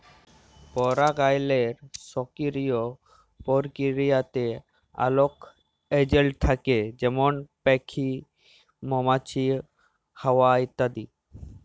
পারাগায়লের সকিরিয় পরকিরিয়াতে অলেক এজেলট থ্যাকে যেমল প্যাখি, মমাছি, হাওয়া ইত্যাদি